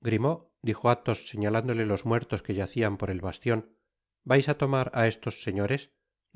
grimaud dijo athos señalándole los muertos que yacian por el bastios vais á tomar á estos señores